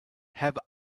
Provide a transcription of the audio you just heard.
have